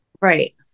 Right